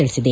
ತಿಳಿಸಿದೆ